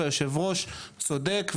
והיושב-ראש צודק,